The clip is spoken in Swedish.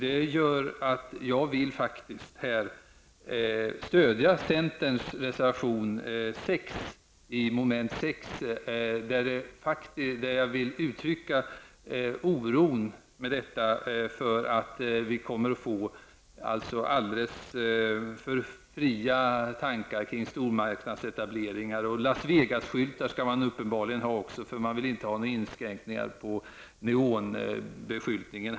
Därför vill jag stödja centerns reservation 6 med anledning av mom. 6 i utskottets hemställan. Jag vill därmed uttrycka oro för att vi kommer att få alldeles för fria tankar kring stormarknadsetableringar. Uppenbarligen skall man också ha Las Vegas-skyltar, eftersom man inte vill ha några inskränkningar när det gäller neonskyltningen.